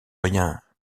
rien